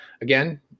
Again